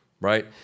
right